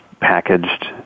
packaged